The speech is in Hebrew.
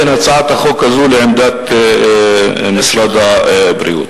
בין הצעת החוק הזאת לעמדת משרד הבריאות?